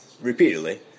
repeatedly